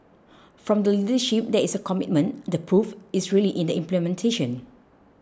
from the leadership there is a commitment the proof is really in the implementation